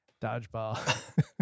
Dodgeball